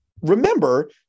remember